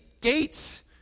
gates